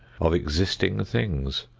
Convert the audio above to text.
of existing things,